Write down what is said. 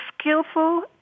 skillful